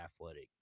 athletic